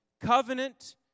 covenant